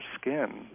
skin